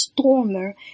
stormer